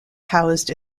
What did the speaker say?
housed